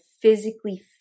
physically